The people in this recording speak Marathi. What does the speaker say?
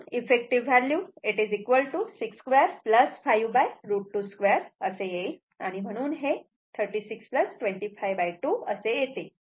म्हणून इफेक्टिव व्हॅल्यू 62 5 √22 असे येईल आणि म्हणून हे 36 252 असे येते